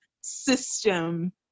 system